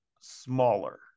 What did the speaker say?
smaller